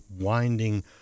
winding